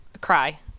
Cry